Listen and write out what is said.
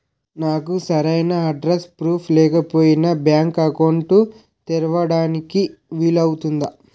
నాకు సరైన address proof లేకపోయినా బ్యాంక్ అకౌంట్ తెరవడానికి వీలవుతుందా?